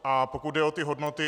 A pokud jde o ty hodnoty.